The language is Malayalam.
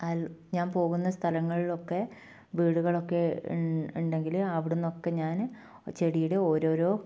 ഞാൻ പോകുന്ന സ്ഥലങ്ങളിലൊക്കെ വീടുകളൊക്കെ ഉണ്ടെങ്കിൽ അവിടുന്നൊക്കെ ഞാൻ ചെടിയുടെ ഓരോരോ